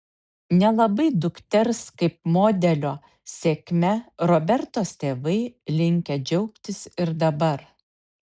nelabai dukters kaip modelio sėkme robertos tėvai linkę džiaugtis ir dabar